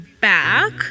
back